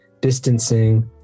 distancing